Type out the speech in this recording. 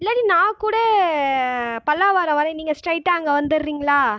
இல்லாட்டி நான் கூட பல்லாவரம் வரேன் நீங்கள் ஸ்ட்ரைட்டா அங்கே வந்துடுறீங்களா